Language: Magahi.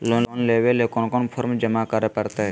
लोन लेवे ले कोन कोन फॉर्म जमा करे परते?